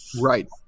Right